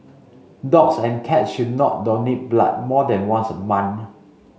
dogs and cats should not donate blood more than once a month